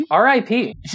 RIP